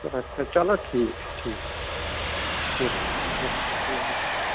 ادسا چلو ٹھیٖک چھُ ٹھیٖک چھُ کیٚنٛہہ چھُنہٕ اچھا السلام علیکُم